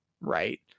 right